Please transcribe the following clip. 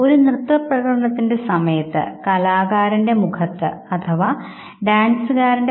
സന്തോഷം ഭയം എന്നീ വികാരങ്ങൾ ആവിഷ്കരിക്കുന്ന ചിത്രങ്ങളാണ് ഇവ എന്ന് ഒറ്റനോട്ടത്തിൽ മനസ്സിലാക്കുന്നു